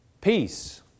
Peace